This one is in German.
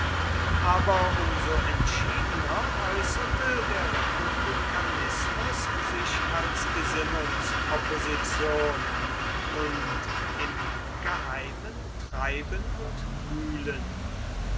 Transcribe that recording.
aber um so entschiedener äußerte der republikanismus sich als gesinnungsopposition und im geheimen treiben und wühlen